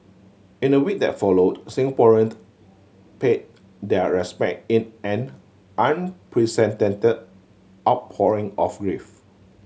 in the week that followed Singaporean paid their respect in an unprecedented outpouring of grief